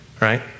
right